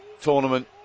tournament